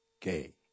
gay